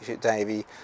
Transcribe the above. Davy